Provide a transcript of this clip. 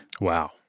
Wow